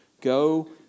Go